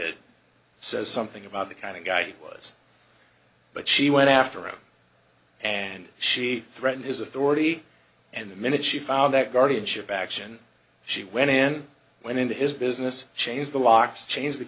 says something about the kind of guy he was but she went after him and she threatened his authority and the minute she found that guardianship action she went in went into his business changed the locks changed the